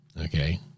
okay